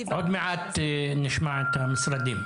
עוד מעט נשמע את המשרדים.